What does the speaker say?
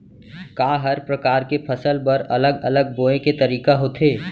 का हर प्रकार के फसल बर अलग अलग बोये के तरीका होथे?